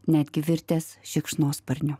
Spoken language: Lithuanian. netgi virtęs šikšnosparniu